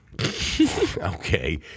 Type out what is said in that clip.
Okay